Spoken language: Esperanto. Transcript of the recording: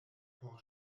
por